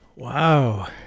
Wow